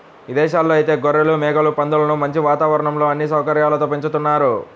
ఇదేశాల్లో ఐతే గొర్రెలు, మేకలు, పందులను మంచి వాతావరణంలో అన్ని సౌకర్యాలతో పెంచుతున్నారు